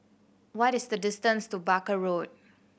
what is the distance to Barker Road